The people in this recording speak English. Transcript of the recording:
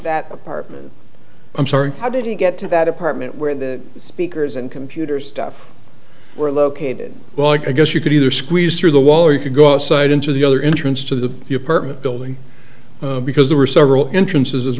that apartment i'm sorry i didn't get to that apartment where the speakers and computers stuff were located well i guess you could either squeeze through the wall or you could go outside into the other interns to the apartment building because there were several entrances as